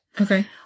Okay